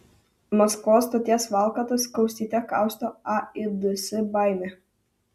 maskvos stoties valkatas kaustyte kausto aids baimė